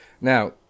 Now